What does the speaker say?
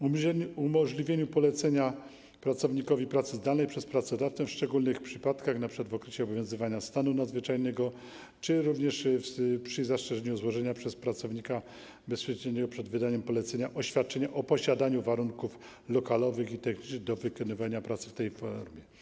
Umożliwia się polecenie pracownikowi pracy zdalnej przez pracodawcę w szczególnych przypadkach, np. w okresie obowiązywania stanu nadzwyczajnego, przy zastrzeżeniu dotyczącym złożenia przez pracownika bezpośrednio przed wydaniem polecenia oświadczenia o posiadaniu warunków lokalowych i technicznych do wykonywania pracy w tej formie.